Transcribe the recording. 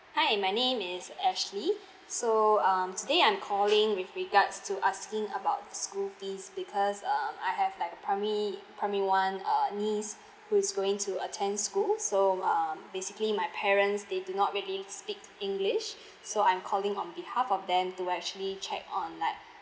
hi my name is ashley so um today I'm calling with regards to asking about school fees because um I have like a primary primary one uh niece who's going to attend school so um basically my parents they do not really speak english so I'm calling on behalf of them to actually check on like